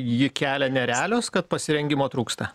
ji kelia nerealios kad pasirengimo trūksta